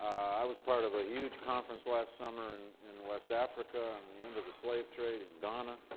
i was part of a huge conference last summer in in west africa on the end of the slave-trade in ghana,